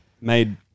Made